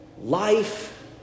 life